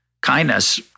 kindness